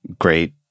great